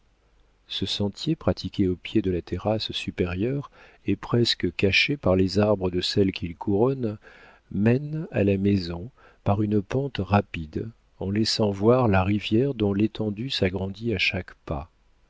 ce sentier pratiqué au pied de la terrasse supérieure et presque caché par les arbres de celle qu'il couronne mène à la maison par une pente rapide en laissant voir la rivière dont l'étendue s'agrandit à chaque pas